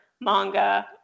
manga